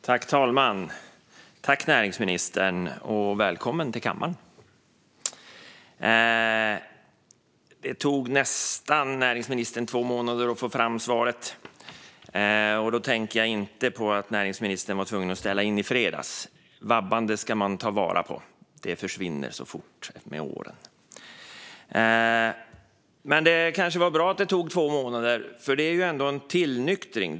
Herr talman! Jag tackar näringsministern för svaret och välkomnar henne till kammaren. Det tog näringsministern nästan två månader att få fram svaret. Och då tänker jag inte på att näringsministern var tvungen att ställa in debatten i fredags. Vabbande ska man ta vara på. Den tiden försvinner så fort. Men det var kanske bra att det tog två månader, för det är ändå en tillnyktring.